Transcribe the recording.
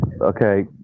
okay